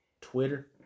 Twitter